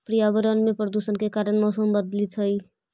पर्यावरण में प्रदूषण के कारण मौसम बदलित हई